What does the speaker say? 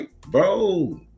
bro